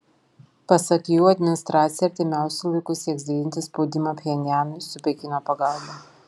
pasak jų administracija artimiausiu laiku sieks didinti spaudimą pchenjanui su pekino pagalba